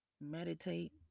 meditate